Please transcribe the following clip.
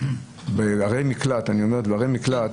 בערי מקלט